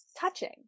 touching